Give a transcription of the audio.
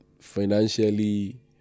financially